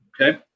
Okay